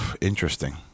Interesting